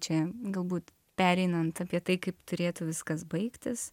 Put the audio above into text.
čia galbūt pereinant apie tai kaip turėtų viskas baigtis